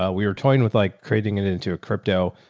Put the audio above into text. ah we were toying with like creating it it into a crypto.